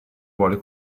vuole